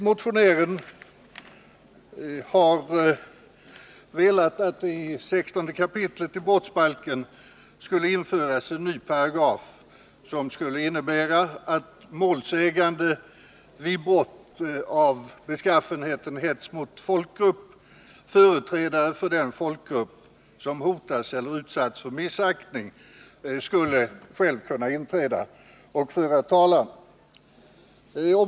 Motionären har velat att det i 16 kap. brottsbalken skulle införas en ny paragraf, som skulle innebära att, vid brott av beskaffenheten hets mot folkgrupp, företrädare för den folkgrupp som hotats eller utsatts för missaktning själv skulle kunna inträda och föra talan.